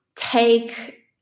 take